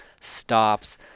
stops